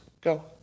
Go